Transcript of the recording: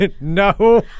No